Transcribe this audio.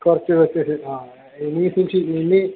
കുറച്ച് കുറച്ച് ഇത് ആ ഇനി സൂക്ഷിക്കും ഇനി